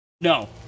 No